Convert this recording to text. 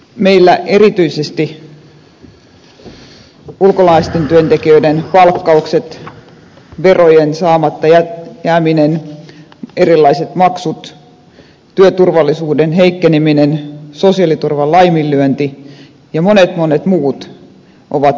meillä erityisesti ulkomaisten työntekijöiden palkkaukset verojen saamatta jääminen erilaiset maksut työturvallisuuden heikkeneminen sosiaaliturvan laiminlyönti ja monet monet muut ovat ne ongelmat